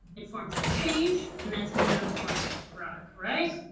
it forms a change. and that's metamorphic rock, right?